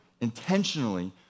intentionally